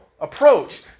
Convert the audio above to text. approach